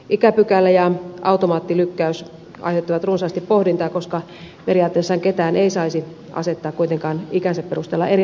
ikäpykälä ja automaattilykkäys aiheuttivat runsaasti pohdintaa koska periaatteessahan ketään ei saisi kuitenkaan asettaa ikänsä perusteella eri asemaan